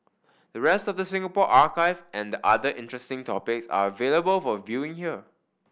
the rest of the Singapore archive and other interesting topics are available for viewing here